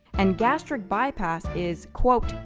and gastric bypass is, quote,